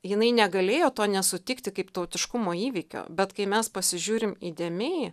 jinai negalėjo to nesutikti kaip tautiškumo įvykio bet kai mes pasižiūrim įdėmiai